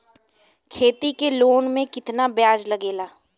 खेती के लोन में कितना ब्याज लगेला?